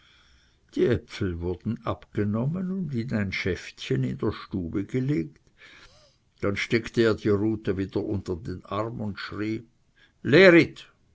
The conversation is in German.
die äpfel wurden abgenommen und in ein schäftchen in der stube gelegt dann steckte er die rute wieder unter den arm und schrie lerit